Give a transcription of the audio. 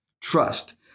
trust